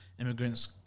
immigrants